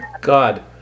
God